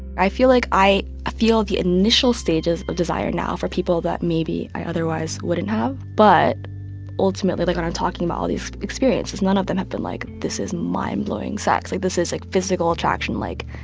i feel like i feel the initial stages of desire now for people that maybe i otherwise wouldn't have. but ultimately, like, when i'm talking about all these experiences, none of them have been, like, this is mind-blowing sex. like, this is, like, physical attraction. attraction. like,